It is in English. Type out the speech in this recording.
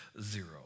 zero